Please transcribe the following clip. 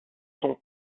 son